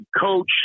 coach